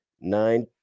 nine